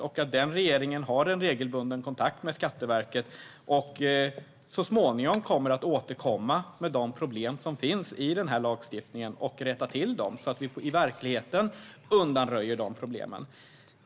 Jag förväntar mig att regeringen har en regelbunden kontakt med Skatteverket och så småningom återkommer om de problem som finns i lagstiftningen - och rättar till dem, så att vi undanröjer dem i verkligheten.